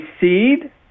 seed